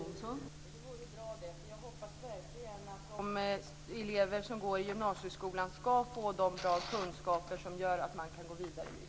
Fru talman! Det vore ju bra, för jag hoppas verkligen att de elever som går i gymnasieskolan ska få de kunskaper som gör att man kan gå vidare i livet.